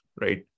right